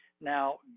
Now